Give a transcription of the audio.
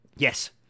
Yes